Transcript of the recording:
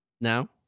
Now